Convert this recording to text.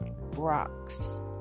rocks